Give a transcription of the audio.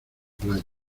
playa